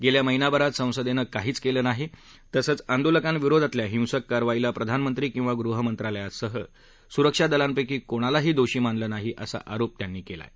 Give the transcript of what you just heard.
गेल्या महिनाभरात संसदेनं काहीच केलं नाही तसंच आंदोलकांविरोधातल्या हिंसक कारवाईला प्रधानमंत्री किंवा गृहमंत्रालयासह सुरक्षा दलांपक्षी कोणालाही दोषी मानलं नाही असा आरोप या दोघांनी केला आहे